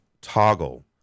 toggle